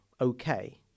okay